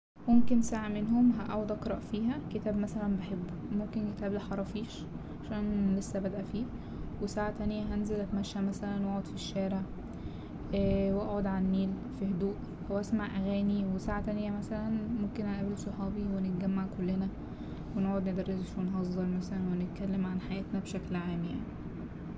ممكن ساعة منهم هقعد اقرأ فيها كتاب مثلا بحبه ممكن كتاب الحرافيش عشان لسه بادئه فيه وساعة تانية هنزل اتمشى مثلا وأقعد في الشارع وأقعد على النيل في هدوء وأسمع اغاني وساعة تانية مثلا ممكن أقابل صحابي ونتجمع كلنا ونقعد ندردش ونهزر مثلا ونتكلم عن حياتنا بشكل عام يعني.